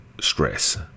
stress